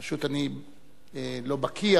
פשוט אני לא בקי,